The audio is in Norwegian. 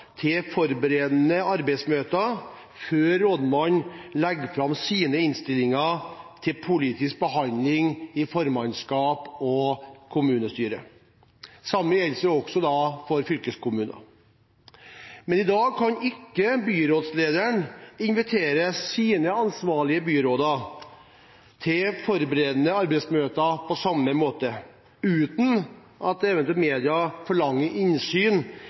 til forberedende arbeidsmøter før rådmannen legger fram sine innstillinger til politisk behandling i formannskap og kommunestyre. Det samme gjelder også for fylkeskommuner. Men i dag kan ikke byrådslederen invitere sine ansvarlige byråder til forberedende arbeidsmøter på samme måte, uten at eventuelt media forlanger innsyn